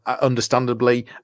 understandably